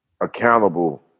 accountable